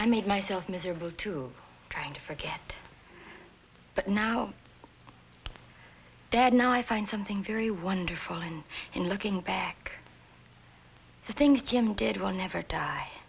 i made myself miserable too trying to forget but now i'm dead now i find something very wonderful and in looking back to things jim did will never die